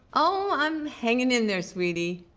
oh, i'm hanging in there, sweetie.